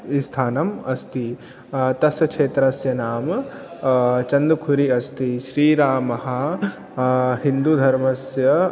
स्थानम् अस्ति तस्य क्षेत्रस्य नाम चन्दुखुरी अस्ति श्रीरामः हिन्दूधर्मस्य